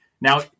Now